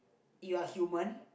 you're human